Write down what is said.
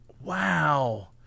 Wow